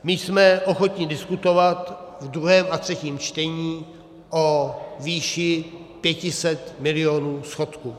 My jsme ochotni diskutovat v druhém a třetím čtení o výši 500 miliard schodku.